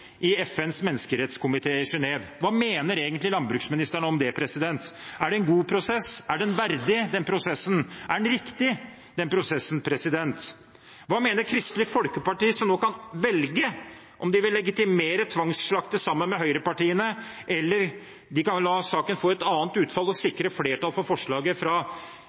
i FNs menneskerettskomité i Genève? Hva mener egentlig landbruksministeren om det? Er det en god prosess? Er den verdig, den prosessen? Er den riktig, den prosessen? Hva mener Kristelig Folkeparti, som nå kan velge om de sammen med høyrepartiene vil legitimere tvangsslakting, eller la saken få et annet utfall og sikre flertall for forslaget fra